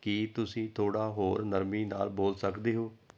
ਕੀ ਤੁਸੀਂ ਥੋੜ੍ਹਾ ਹੋਰ ਨਰਮੀ ਨਾਲ ਬੋਲ ਸਕਦੇ ਹੋ